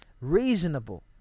reasonable